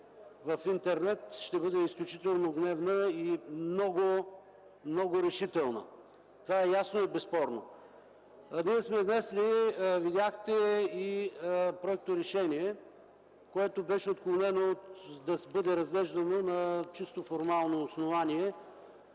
в интернет ще бъде изключително гневна и много решителна. Това е ясно и безспорно. Ние сме внесли проекторешение, което беше отклонено да бъде разглеждано на чисто формално основание.